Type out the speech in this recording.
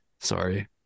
Sorry